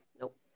nope